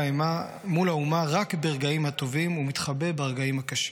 האומה רק ברגעים הטובים ומתחבא ברגעים הקשים.